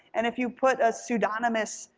and if you put a pseudonymous,